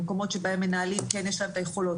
במקומות שבהם למנהלים כן יש להם את היכולות,